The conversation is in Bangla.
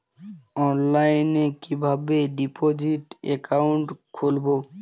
অনলাইনে কিভাবে ডিপোজিট অ্যাকাউন্ট খুলবো?